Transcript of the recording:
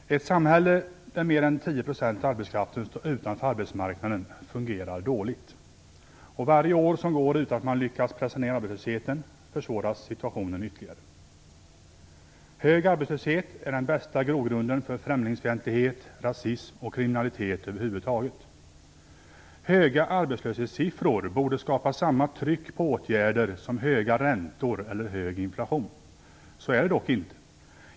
Herr talman! Ett samhälle där mer än 10 % av arbetskraften står utanför arbetsmarknaden fungerar dåligt. Varje år som går utan att man lyckas pressa ned arbetslösheten försvårar situationen ytterligare. Hög arbetslöshet är den bästa grogrunden för främlingsfientlighet, rasism och kriminalitet över huvud taget. Höga arbetslöshetssiffror borde skapa samma tryck på åtgärder som höga räntor eller hög inflation. Så är det dock inte.